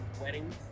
weddings